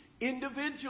individual